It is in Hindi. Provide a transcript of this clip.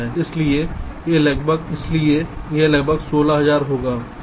इसलिए यह लगभग 16000 होगा सही